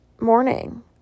morning